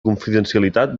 confidencialitat